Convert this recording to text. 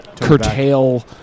curtail